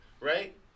right